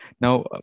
Now